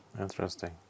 Interesting